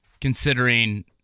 considering